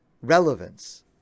relevance